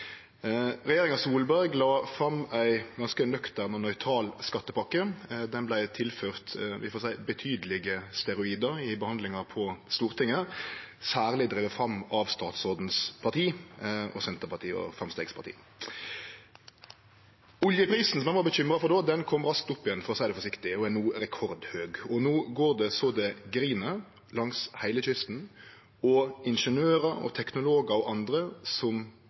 la fram ei ganske nøktern og nøytral skattepakke. Ho vart tilført betydelege mengder steroid i behandlinga på Stortinget, særleg drive fram av partiet til statsråden, Senterpartiet og Framstegspartiet. Oljeprisen, som ein var bekymra for då, kom raskt opp igjen, for å seie det forsiktig, og er no rekordhøg. No går det så det grin langs heile kysten, og ingeniørar, teknologar og andre som